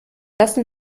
lassen